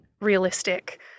realistic